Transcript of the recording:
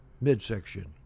midsection